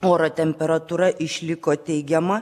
oro temperatūra išliko teigiama